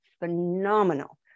phenomenal